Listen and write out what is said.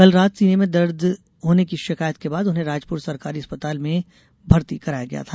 कल रात सीने में दर्ज होने की शिकायत के बाद उन्हें राजपुर सरकारी अस्पताल में भर्ती कराया गया था